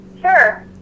Sure